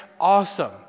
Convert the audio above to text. awesome